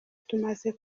tumaze